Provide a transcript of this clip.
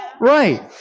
Right